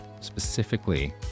specifically